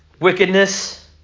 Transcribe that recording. Wickedness